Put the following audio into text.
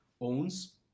owns